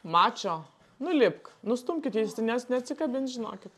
mačo nulipk nustumkit jis nes neatsikabins žinokit